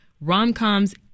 rom-coms